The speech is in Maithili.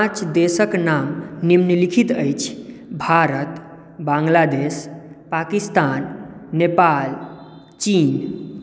पाँच देशक नाम निम्नलिखित अछि भारत बांग्लादेश पाकिस्तान नेपाल चीन